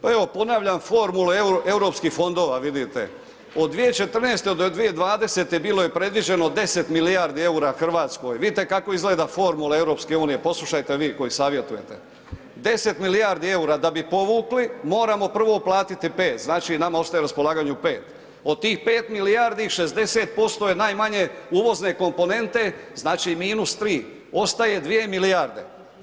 Pa evo ponavljam formulu Europskih fodnova vidite, od 2014. do 2020. bilo je predviđeno 10 milijardi EUR-a RH, vidite kako izgleda formula EU, poslušajte vi koji savjetujete, 10 milijardi EUR-a da bi povukli moramo prvo platiti 5, znači nama ostaje na raspolaganju 5, od tih 5 milijardi, 60% je najmanje uvozne komponente, znači -3, ostaje 2 milijarde.